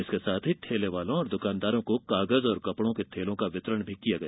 इसके साथ ही ठेलेवालों और दुकानदारों को कागज और कपड़ों के थैलों का वितरण भी किया गया